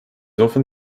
often